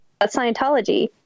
scientology